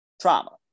trauma